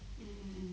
mm mm